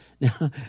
Now